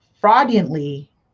fraudulently